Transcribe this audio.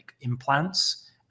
implants